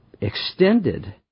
extended